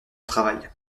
travaille